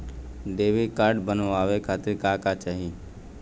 Debit card बनवावे खातिर का का चाही?